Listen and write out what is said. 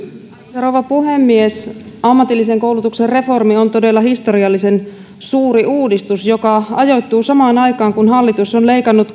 rouva puhemies ammatillisen koulutuksen reformi on todella historiallisen suuri uudistus joka ajoittuu samaan aikaan kun hallitus on leikannut